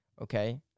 Okay